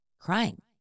crying